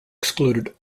excluded